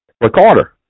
Recorder